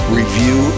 review